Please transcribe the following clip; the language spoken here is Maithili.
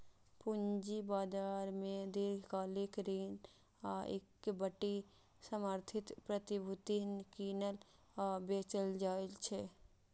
पूंजी बाजार मे दीर्घकालिक ऋण आ इक्विटी समर्थित प्रतिभूति कीनल आ बेचल जाइ छै